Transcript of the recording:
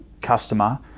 customer